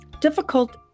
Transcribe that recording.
Difficult